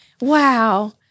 wow